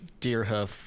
Deerhoof